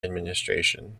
administration